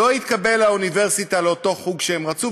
לא התקבל לאוניברסיטה לאותו חוג שהם רצו,